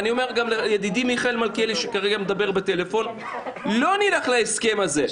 11:31) אני גם אומר לידידי מיכאל מלכיאלי לא נלך להסכם הזה.